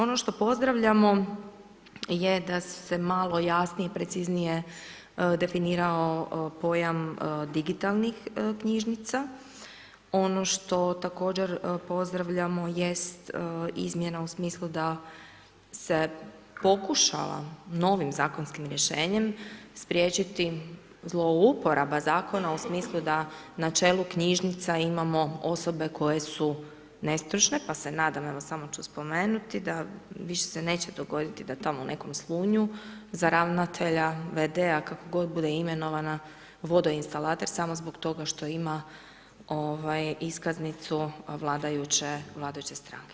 Ono što pozdravljamo, je da se malo jasnije, preciznije definirao pojam digitalnih knjižnica, ono što također pozdravljamo jest izmjena u smislu da se pokušava novim zakonskim rješenjem spriječiti zlouporaba zakona u smislu da na čelu knjižnica iamo osobe koje su nestručne, pa se nadam, samo ću spomenuti, da više se neće dogoditi da tamo u nekom Slunju, za ravnatelja, v.d. kako god bude imenovana, vodoinstalater, samo zbog toga što ima iskaznicu vladajuće stranke.